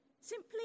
Simply